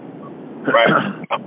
Right